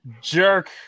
jerk